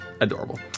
adorable